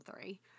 three